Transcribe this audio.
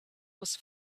was